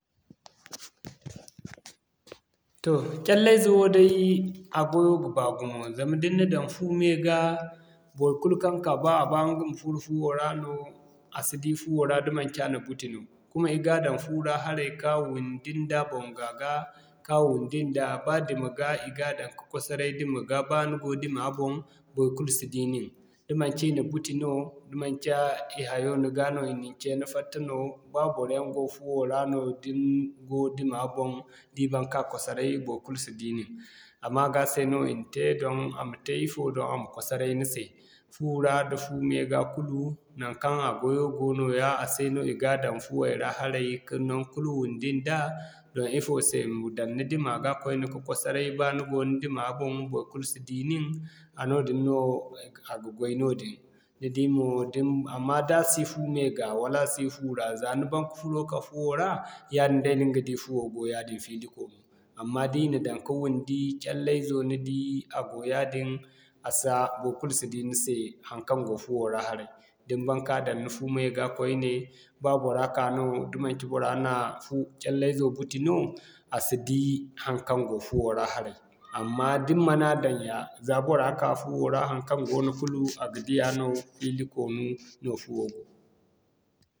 Toh callayze woo day a gwayo ga baa gumo zama da ni na daŋ fu mey ga, baikulu kaŋ ka ba a ba ɲga ma furo fuwo ra no, a si di fuwo ra da manci a na buti no. Kuma i ga daŋ fu ra haray ka wundi nda boŋga ga, ka wundi nda ba dima ga I ga daŋ ka kwasaray dima ga ba ni go dima boŋ, baikulu si di niŋ da manci i na buti no, da manci i hayo ni ga no i na ni ce ka fatta no ba boroyaŋ go fuwo ra no da ni go dima boŋ, da i ban ka kwasaray baikulu si di nin. A maga se no i na te doŋ a ma te ifo doŋ a ma kwasaray ni se. Fu ra, da fu mey ga kulu, naŋkaŋ a gwayo go nooya a se no i ga daŋ fuway ra haray, ka naŋkulu wundi nda doŋ ifo se ma daŋ ni dima ga koyne ka kwasaray ba ni go ni dima boŋ, baikulu si di nin, a noodin no a ga goy noodin. Ni di mo din amma da a si fu mey ga wala a si fu ra za ni ban ka furo ka fu ra, yaadin day no ni ga di fuwo go yaadin fili koonu. Amma da i na daŋ ka wundi, callaizo ni di, a go yaadin a sa baikulu si di ni se haŋkaŋ go fuwo ra haray. Da ni baŋ ka daŋ ni fu mey ga koyne, ba bora ka no da manci bora na fu callaizo buti no a si di haŋkaŋ go fuwo ra haray. Amma da ni ma na daŋ ya, za bora ka fuwo ra haŋkaŋ goono kulu a ga diya no fili koonu no fuwo go.